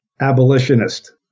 abolitionist